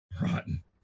Rotten